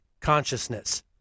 consciousness